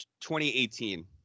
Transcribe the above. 2018